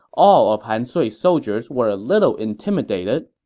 all of han sui's soldiers were a little intimidated.